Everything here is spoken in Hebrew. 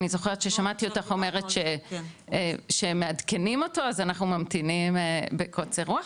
אני שמעתי אותך אומרת שמעדכנים אותו אז אנחנו ממתינים בקוצר רוח.